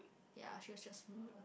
yeah she was she was